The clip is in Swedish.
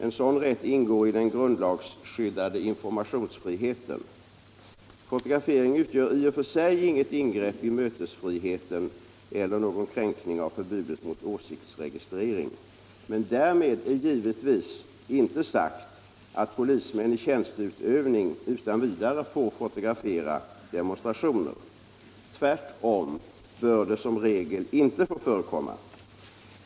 En sådan rätt ingår i den grundlagsskyddade informationsfriheten. Fotografering utgör i och för sig inget ingrepp i mötesfriheten eller någon kränkning av förbudet mot åsiktsregistrering. Men därmed är givetvis inte sagt att polismän i tjänsteutövning utan vidare får fotografera demonstrationer. Tvärtom bör det som regel inte få förekomma.